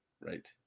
Right